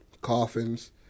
coffins